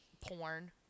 porn